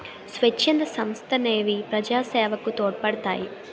స్వచ్ఛంద సంస్థలనేవి ప్రజాసేవకు తోడ్పడతాయి